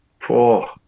Poor